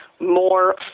more